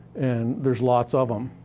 and there's lots of em.